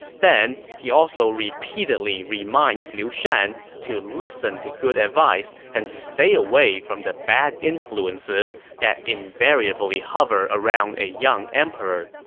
then, he also repeatedly reminds liu shan to listen to good advice and stay away from the bad influences that invariably hover around a young emperor.